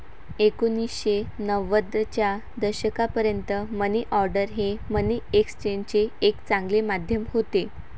एकोणीसशे नव्वदच्या दशकापर्यंत मनी ऑर्डर हे मनी एक्सचेंजचे एक चांगले माध्यम होते